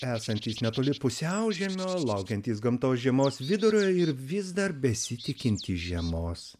esantys netoli pusiaužiemio laukiantys gamtos žiemos vidurio ir vis dar besitikintys žiemos